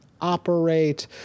operate